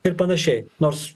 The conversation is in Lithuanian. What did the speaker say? ir panašiai nors